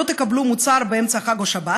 לא תקבלו מוצר באמצע חג או שבת,